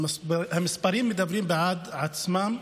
והמספרים מדברים בעד עצמם,